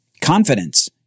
Confidence